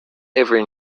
every